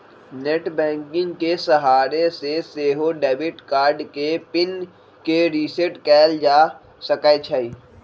net banking के सहारे से सेहो डेबिट कार्ड के पिन के रिसेट कएल जा सकै छइ